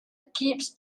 keeps